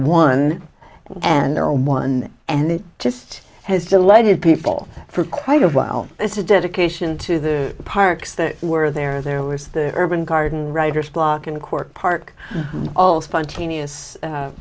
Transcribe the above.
one and they're one and just has delighted people for quite a while it's a dedication to the parks that were there there was the urban garden writer's block in cork park all spontaneous